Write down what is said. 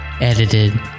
edited